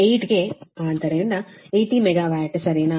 8 ಗೆ ಆದ್ದರಿಂದ 80 ಮೆಗಾವ್ಯಾಟ್ ಸರಿನಾ